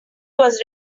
was